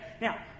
Now